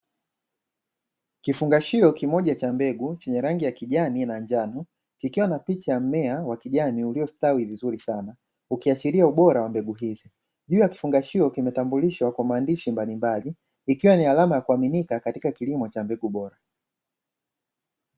Kifungashio kimoja cha mbegu chenye rangi ya kijani na njano kikiwa na picha ya mmea wa kijani uliostawi vizuri sana ukiashiria ubora wa mbegu hizi juu ya kifungashio, kimetambulishwa kwa maandishi mbalimbali ikiwa ni alama ya kuaminika katika kilimo cha mbegu bora.